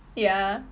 ya